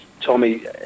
Tommy